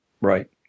Right